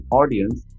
audience